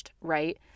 right